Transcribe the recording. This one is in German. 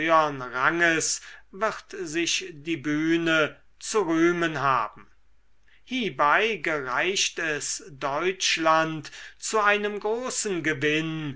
ranges wird sich die bühne zu rühmen haben hiebei gereicht es deutschland zu einem großen gewinn